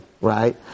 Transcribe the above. right